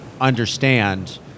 understand